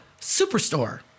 Superstore